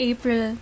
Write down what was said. April